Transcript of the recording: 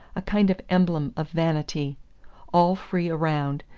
a kind of emblem of vanity all free around,